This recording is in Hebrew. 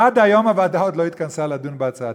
עד היום הוועדה עוד לא התכנסה לדון בהצעתי.